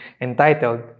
entitled